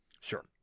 Sure